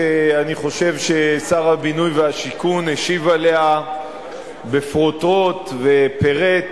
ואני חושב ששר הבינוי והשיכון השיב עליה בפרוטרוט ופירט